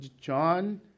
John